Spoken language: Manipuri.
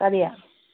ꯀꯔꯤ